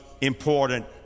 important